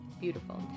beautiful